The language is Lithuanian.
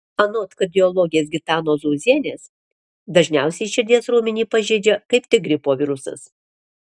anot kardiologės gitanos zuozienės dažniausiai širdies raumenį pažeidžia kaip tik gripo virusas